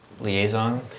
liaison